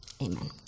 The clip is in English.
Amen